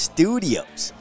Studios